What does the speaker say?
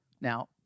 Now